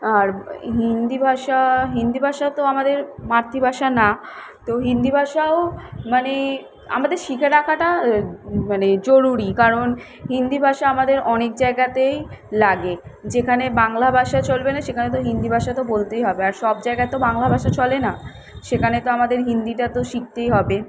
আর হিন্দি ভাষা হিন্দি ভাষা তো আমাদের মাতৃভাষা না তো হিন্দি ভাষাও মানে আমাদের শিখে রাখাটা মানে জরুরি কারণ হিন্দি ভাষা আমাদের অনেক জায়গাতেই লাগে যেখানে বাংলা ভাষা চলবে না সেখানে তো হিন্দি ভাষা তো বলতেই হবে আর সব জায়গায় তো বাংলা ভাষা চলে না সেখানে তো আমাদের হিন্দিটা তো শিখতেই হবে